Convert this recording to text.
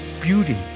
beauty